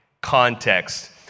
context